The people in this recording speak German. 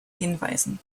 hinweisen